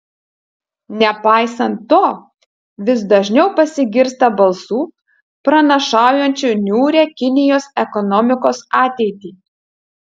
nepaisant to vis dažniau pasigirsta balsų pranašaujančių niūrią kinijos ekonomikos ateitį